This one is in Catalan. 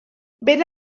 ben